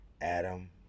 Adam